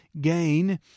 gain